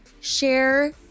share